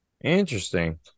Interesting